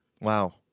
Wow